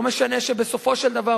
לא משנה שבסופו של דבר,